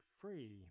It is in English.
free